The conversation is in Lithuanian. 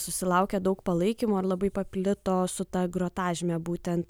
susilaukė daug palaikymo ir labai paplito su ta grotažyme būtent